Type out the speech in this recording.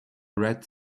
red